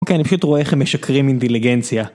אוקיי אני פשוט רואה איך הם משקרים אינטליגנציה